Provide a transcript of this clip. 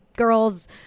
Girls